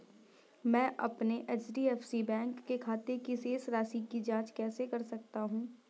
मैं अपने HDFC bank के खाते की शेष राशि की जाँच कैसे कर सकता हूँ?